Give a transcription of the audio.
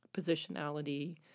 positionality